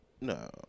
No